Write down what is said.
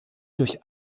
durch